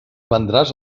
vendràs